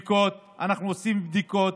אנחנו עושים בדיקות,